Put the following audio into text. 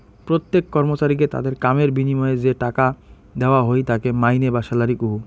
প্রত্যেক কর্মচারীকে তাদের কামের বিনিময়ে যে টাকা দেওয়া হই তাকে মাইনে বা স্যালারি কহু